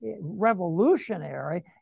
revolutionary